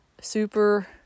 super